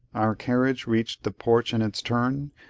our carriage reached the porch in its turn,